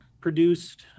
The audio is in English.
produced